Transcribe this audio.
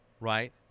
right